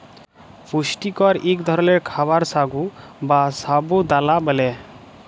পুষ্টিকর ইক ধরলের খাবার সাগু বা সাবু দালা ব্যালে